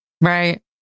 right